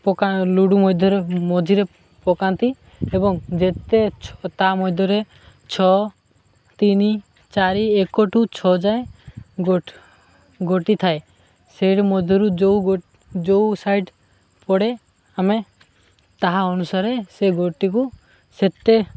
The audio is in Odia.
ପକା ଲୁଡ଼ୁ ମଧ୍ୟରେ ମଝିରେ ପକାନ୍ତି ଏବଂ ଯେତେ ଛଅ ତା ମଧ୍ୟରେ ଛଅ ତିନି ଚାରି ଏକଠୁ ଛଅ ଯାଏ ଗୋଟି ଥାଏ ସେ ମଧ୍ୟରୁ ଯୋଉ ଯୋଉ ସାଇଡ଼୍ ପଡ଼େ ଆମେ ତାହା ଅନୁସାରେ ସେ ଗୋଟିକୁ ସେତେ